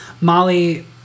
Molly